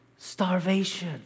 starvation